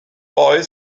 boy